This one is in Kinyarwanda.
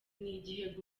n’igihe